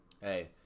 hey